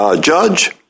Judge